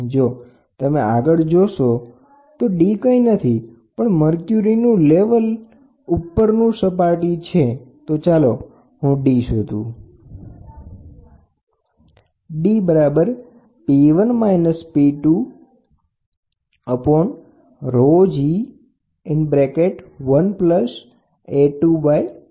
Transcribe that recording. જો તમે પહેલાની આકૃતિ જોશો તો d કંઈ નથી પણ 0 લેવલથી લઈને સિલિન્ડર અથવા નળી 2 માં મર્ક્યુરીની સપાટીના લેવલ સુધીની ઊંચાઈ છે તો ચાલો હવે d શોધુ